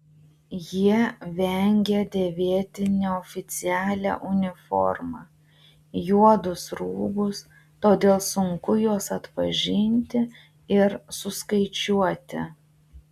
jie vengia dėvėti neoficialią uniformą juodus rūbus todėl sunku juos atpažinti ir suskaičiuoti